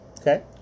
Okay